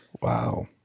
Wow